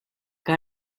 que